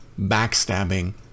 backstabbing